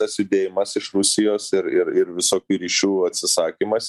tas judėjimas iš rusijos ir ir ir visokių ryšių atsisakymas